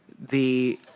the